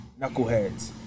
knuckleheads